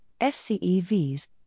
FCEVs